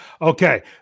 Okay